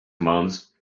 commands